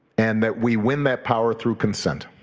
and that we win that power through consent.